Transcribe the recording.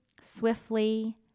swiftly